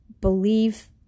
believe